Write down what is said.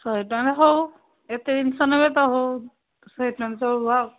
ଶଏ ଟଙ୍କାରେ ହଉ ଏତେ ଜିନଷ ନେବେ ତ ହଉ